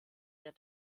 der